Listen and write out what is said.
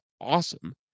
awesome